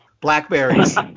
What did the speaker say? blackberries